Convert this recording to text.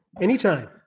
Anytime